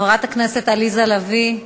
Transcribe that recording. חברת הכנסת עליזה לביא,